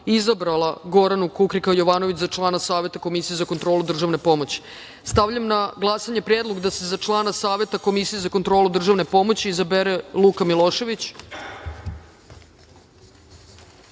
izabrala Biljanu Makević za člana Saveta Komisije za kontrolu državne pomoći. Stavljam na glasanje predlog da se za člana Saveta Komisije za kontrolu državne pomoći izabere Gorana Kukrika